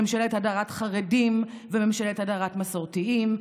ממשלת הדרת חרדים וממשלת הדרת מסורתיים,